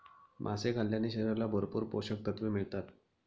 मासे खाल्ल्याने शरीराला भरपूर पोषकतत्त्वे मिळतात